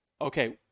Okay